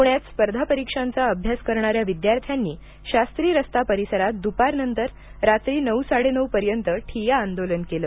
पुण्यात स्पर्धा परीक्षांचा अभ्यास करणाऱ्या विद्यार्थ्यांनी शास्त्री रस्ता परिसरात दुपारनंतर रात्री नऊ साडे नऊ पर्यंत ठिय्या आंदोलन केलं